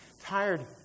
tired